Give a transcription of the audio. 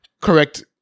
correct